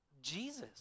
jesus